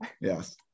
Yes